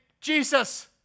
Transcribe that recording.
Jesus